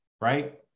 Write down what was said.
right